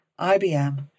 IBM